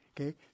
okay